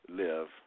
live